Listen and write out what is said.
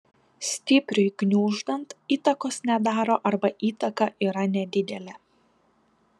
stipriui gniuždant įtakos nedaro arba įtaka yra nedidelė